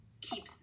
keep